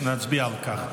נצביע על כך.